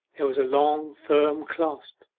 there was a long firm clasp,